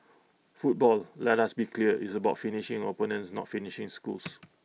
football let us be clear is about finishing opponents not finishing schools